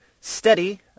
steady